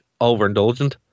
overindulgent